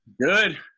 Good